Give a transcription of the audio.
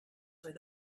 where